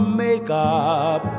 makeup